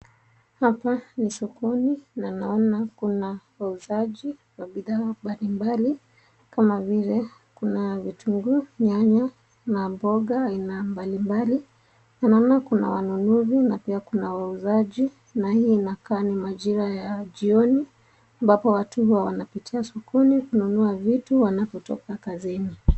Hapa ni sokoni na naona kuna wauzaji wa bidhaa mbalimbali, kama vile kuna vitunguu, nyanya na mboga aina mbalimbali .Naona kuna wanunuzi na pia kuna wauzaji, na hii inakaa ni majira ya jioni ambapo watu huwa wanapitia sokoni kununua vitu , wanapotoka kazini.